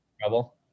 trouble